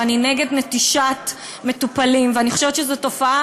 שאני נגד נטישת מטופלים ואני חושבת שזו תופעה